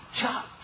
chop